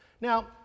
Now